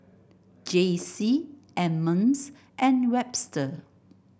Jaycie Emmons and Webster